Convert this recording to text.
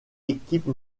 équipe